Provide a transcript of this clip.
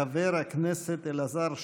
חבר הכנסת אלעזר שטרן,